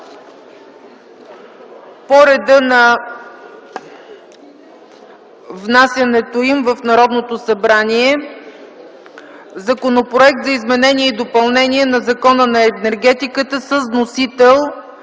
по реда на внасянето им в Народното събрание, Законопроекта за изменение и допълнение на Закона за енергетиката с вносител